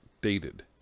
dated